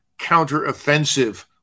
counteroffensive